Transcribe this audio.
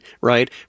right